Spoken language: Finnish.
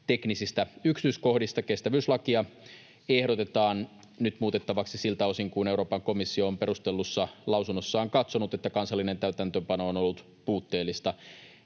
teknisistä yksityiskohdista. Kestävyyslakia ehdotetaan nyt muutettavaksi siltä osin kuin Euroopan komissio on perustellussa lausunnossaan katsonut, että kansallinen täytäntöönpano on ollut puutteellista.